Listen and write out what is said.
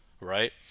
Right